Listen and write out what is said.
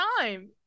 time